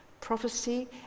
Prophecy